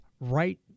right